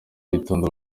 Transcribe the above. gitondo